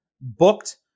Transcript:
booked